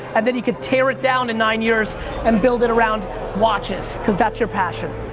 and then you could tear it down in nine years and built it around watches cause that's your passion.